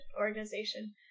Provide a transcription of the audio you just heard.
organization